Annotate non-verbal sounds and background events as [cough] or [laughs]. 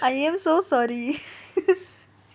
I am so sorry [laughs]